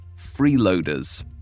freeloaders